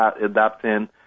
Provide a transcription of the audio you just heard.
adapting